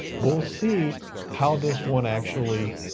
we'll see how this one actually